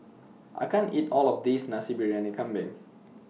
I can't eat All of This Nasi Briyani Kambing